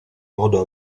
modo